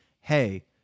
Hey